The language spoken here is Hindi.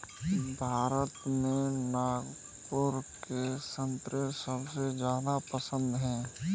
भारत में नागपुर के संतरे सबसे ज्यादा प्रसिद्ध हैं